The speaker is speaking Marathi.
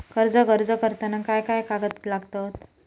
कर्जाक अर्ज करताना काय काय कागद लागतत?